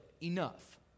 enough